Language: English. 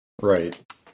Right